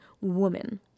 woman